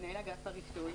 מנהל אגף הרישוי.